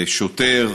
שוטר,